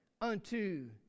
unto